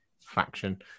faction